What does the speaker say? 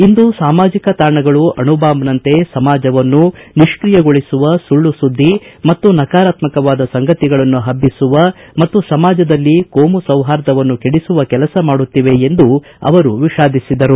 ಇಂದು ಸಾಮಾಜಿಕ ತಾಣಗಳು ಅಣುಬಾಂಬ್ನಂತೆ ಸಮಾಜವನ್ನು ನಿಷ್ಟಿಯಗೊಳಿಸುವ ಸುಳ್ಳು ಸುದ್ದಿ ಮತ್ತು ನಕಾರಾತ್ಮಕವಾದ ಸಂಗತಿಗಳನ್ನು ಪಬ್ಲಿಸುವ ಮತ್ತು ಸಮಾಜದಲ್ಲಿ ಕೋಮು ಸೌಹಾರ್ದತೆಯನ್ನು ಕೆಡಿಸುವ ಕೆಲಸ ಮಾಡುತ್ತಿವೆ ಎಂದು ಅವರು ವಿಷಾದಿಸಿದರು